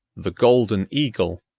the golden eagle,